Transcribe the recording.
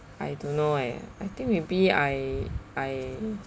I don't know eh I think maybe I I